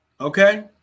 Okay